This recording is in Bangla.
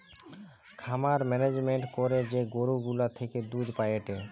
খামার মেনেজমেন্ট করে যে গরু গুলা থেকে দুধ পায়েটে